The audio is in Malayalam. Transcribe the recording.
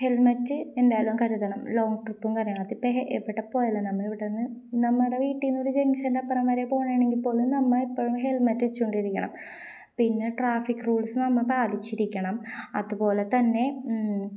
ഹെൽമെറ്റ് എന്തായാലും കരുതണം ലോങ്ങ് ട്രിപ്പും അതിപ്പോള് എവിടെ പോയാലും നമ്മള് ഇവിടെനിന്ന് നമ്മുടെ വീട്ടില് നിന്നൊരു ജംഗ്ഷൻ്റെ അപ്പുറം വരെ പോകുകയാണെങ്കില് പോലും നമ്മളെപ്പോഴും ഹെൽമെറ്റ് വെച്ചുകൊണ്ടിരിക്കണം പിന്നെ ട്രാഫിക് റൂൾസ് നമ്മള് പാലിച്ചിരിക്കണം അതുപോലെ തന്നെ